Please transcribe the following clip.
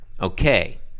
Okay